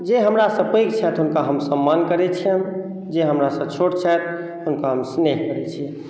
जे हमरासँ पैघ छथि हुनका हम सम्मान करैत छियनि जे हमरासँ छोट छथि हुनका हम स्नेह करैत छियनि